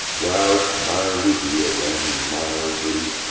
well, mildly be it then mildly.